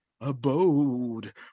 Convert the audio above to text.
abode